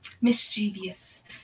mischievous